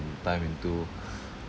time into